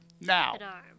Now